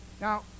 Now